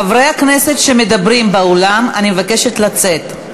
חברי הכנסת שמדברים באולם, אני מבקשת לצאת.